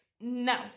no